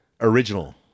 original